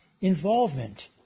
involvement